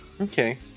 Okay